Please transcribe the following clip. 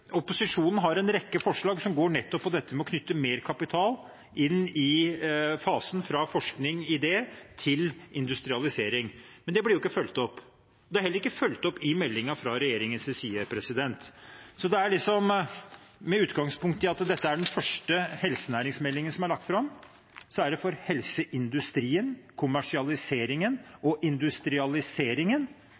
å få mer kapital inn i fasen fra forskning/idé til industrialisering, men det blir ikke fulgt opp. Det er heller ikke fulgt opp i meldingen fra regjeringens side. Med utgangspunkt i at dette er den første helsenæringsmeldingen som er lagt fram, er det for helseindustrien, kommersialiseringen og industrialiseringen